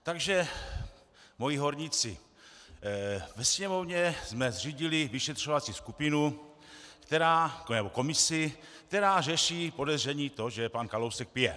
Takže moji horníci, ve Sněmovně jsme zřídili vyšetřovací skupinu, nebo komisi, která řeší podezření, to, že pan Kalousek pije.